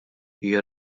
hija